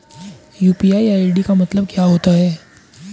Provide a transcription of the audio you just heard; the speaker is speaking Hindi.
यू.पी.आई आई.डी का मतलब क्या होता है?